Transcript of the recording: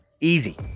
easy